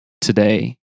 today